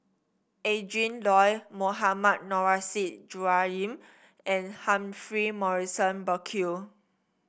Adrin Loi Mohammad Nurrasyid Juraimi and Humphrey Morrison Burkill